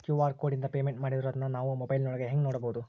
QR ಕೋಡಿಂದ payment ಮಾಡಿರೋದನ್ನ ನಾವು ಮೊಬೈಲಿನೊಳಗ ಹೆಂಗ ನೋಡಬಹುದು?